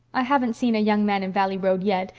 i haven't seen a young man in valley road yet,